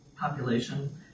population